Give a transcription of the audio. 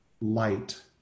light